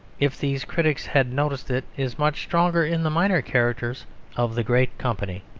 if these critics had noticed it, is much stronger in the minor characters of the great company.